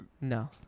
No